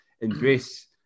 embrace